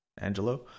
Angelo